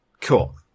Cool